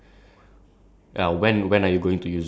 there is no specific subject that is like useless lah